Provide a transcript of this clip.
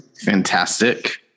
Fantastic